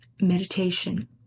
Meditation